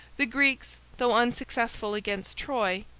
the greeks, though unsuccessful against troy,